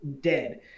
dead